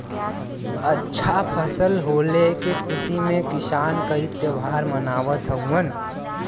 अच्छा फसल होले के खुशी में किसान कई त्यौहार मनावत हउवन